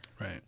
Right